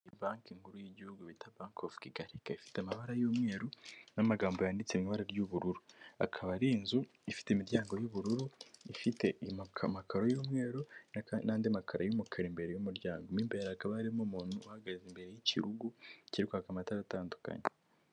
Banki nkuru y'igihugu bita banki ofu Kigali, ikaba ifite amabara y'umweru n'amagambo yanditse mu ibara ry'ubururu, akaba ari inzu ifite imiryango y'ubururu ifite amakaro y'umweru n'andi makaro y'umukara imbere y'umuryango, mu imbere hakaba harimo umuntu uhagaze imbere y'ikirugu kiri kwaka amatara atandukanye.